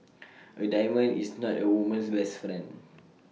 A diamond is not A woman's best friend